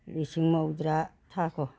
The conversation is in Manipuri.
ꯂꯤꯁꯤꯡ ꯃꯧꯗ꯭ꯔꯥ ꯊꯥꯈꯣ